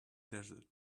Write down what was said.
desert